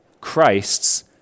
Christ's